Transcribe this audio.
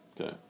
Okay